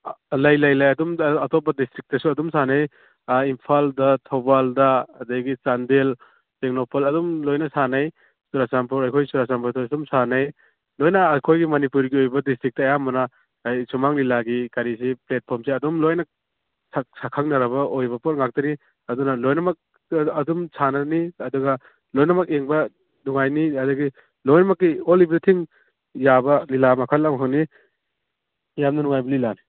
ꯂꯩ ꯂꯩ ꯂꯩ ꯑꯗꯨꯝ ꯑꯇꯣꯞꯄ ꯗꯤꯁꯇ꯭ꯔꯤꯛꯇꯁꯨ ꯑꯗꯨꯝ ꯁꯥꯟꯅꯩ ꯑꯥ ꯏꯝꯐꯥꯜꯗ ꯊꯧꯕꯥꯜꯗ ꯑꯗꯒꯤ ꯆꯥꯟꯗꯦꯜ ꯇꯦꯛꯅꯧꯄꯜ ꯑꯗꯨꯝ ꯂꯣꯏꯅ ꯁꯥꯟꯅꯩ ꯆꯨꯔꯆꯥꯟꯄꯨꯔ ꯑꯩꯈꯣꯏ ꯆꯨꯔꯆꯥꯟꯄꯨꯔꯗꯁꯨ ꯑꯗꯨꯝ ꯁꯥꯟꯅꯩ ꯂꯣꯏꯅ ꯑꯩꯈꯣꯏꯒꯤ ꯃꯅꯤꯄꯨꯔꯒꯤ ꯑꯣꯏꯅꯕ ꯗꯤꯁꯇ꯭ꯔꯤꯛꯇ ꯑꯌꯥꯝꯕꯅ ꯍꯥꯏꯗꯤ ꯁꯨꯃꯥꯡ ꯂꯤꯂꯥꯒꯤ ꯀꯔꯤꯁꯤ ꯄ꯭ꯂꯦꯠꯐꯣꯝꯁꯤ ꯑꯗꯨꯝ ꯂꯣꯏꯅ ꯁꯛꯈꯪꯅꯔꯕ ꯑꯣꯏꯕ ꯄꯣꯠ ꯉꯥꯛꯇꯅꯤ ꯑꯗꯨꯅ ꯂꯣꯏꯅꯃꯛ ꯑꯗꯨꯝ ꯁꯥꯟꯅꯅꯤ ꯑꯗꯨꯒ ꯂꯣꯏꯅꯃꯛ ꯌꯦꯡꯕ ꯅꯨꯡꯉꯥꯏꯅꯤ ꯑꯗꯒꯤ ꯂꯣꯏꯃꯛꯀꯤ ꯑꯣꯜ ꯑꯦꯚ꯭ꯔꯤꯊꯤꯡ ꯌꯥꯕ ꯂꯤꯂꯥ ꯃꯈꯜ ꯑꯃꯈꯛꯅꯤ ꯌꯥꯝꯅ ꯅꯨꯡꯉꯥꯏꯕ ꯂꯤꯂꯥꯅꯤ